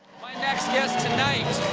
my next guest tonight